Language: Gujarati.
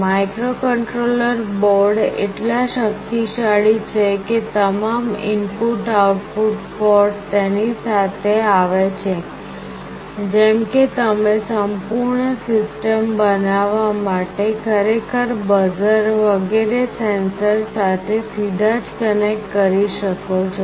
માઇક્રોકન્ટ્રોલર બોર્ડ એટલા શક્તિશાળી છે કે તમામ ઇનપુટ આઉટપુટ પોર્ટ તેની સાથે આવે છે જેમ કે તમે સંપૂર્ણ સિસ્ટમ બનાવવા માટે ખરેખર બઝર વગેરે સેન્સર સાથે સીધા જ કનેક્ટ કરી શકો છો